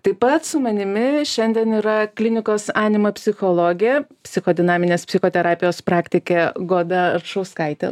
taip pat su manimi šiandien yra klinikos anima psichologė psichodinaminės psichoterapijos praktikė goda aršauskaitė